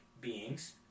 beings